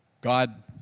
God